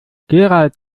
gerald